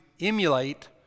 emulate